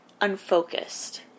unfocused